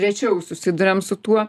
rečiau susiduriam su tuo